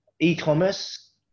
e-commerce